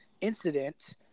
incident